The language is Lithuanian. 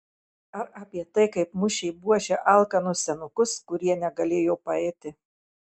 ar apie tai kaip mušė buože alkanus senukus kurie negalėjo paeiti